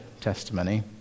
testimony